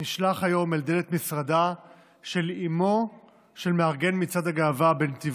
נשלח היום אל דלת משרדה של אימו של מארגן מצעד הגאווה בנתיבות.